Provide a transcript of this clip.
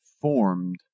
formed